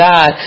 God